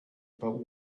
about